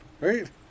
Right